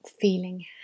feeling